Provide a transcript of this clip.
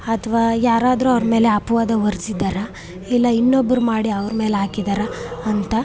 ಅಥವಾ ಯಾರಾದರೂ ಅವ್ರ ಮೇಲೆ ಅಪವಾದ ಹೊರಿಸಿದಾರ ಇಲ್ಲ ಇನ್ನೊಬ್ಬರು ಮಾಡಿ ಅವ್ರ ಮೇಲೆ ಹಾಕಿದ್ದಾರ ಅಂತ